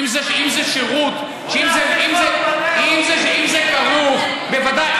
אם זה שירות, בוא נעשה חוק, אם זה כרוך, בוודאי.